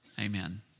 Amen